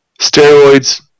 steroids